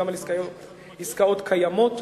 גם על עסקאות קיימות,